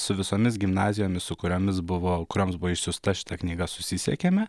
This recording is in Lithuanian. su visomis gimnazijomis su kuriomis buvo kurioms buvo išsiųsta šita knyga susisiekėme